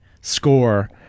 score